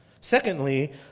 Secondly